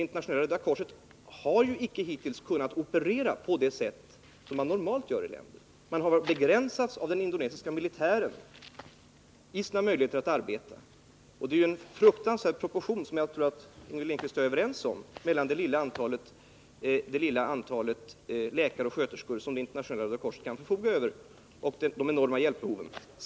Internationella röda korset har ju hittills icke kunnat operera på det sätt som organisationen normalt brukar göra i drabbade länder. Dess arbetsmöjligheter har begränsats av den indonesiska militären. Det är en fruktansvärd proportion — det tror jag Inger Lindquist är överens med mig om — mellan det lilla antalet läkare och sköterskor som Internationella röda korset förfogar över och det enorma hjälpbehovet.